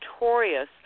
notorious